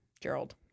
Gerald